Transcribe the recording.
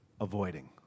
avoiding